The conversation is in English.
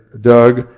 Doug